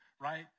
right